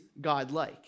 God-like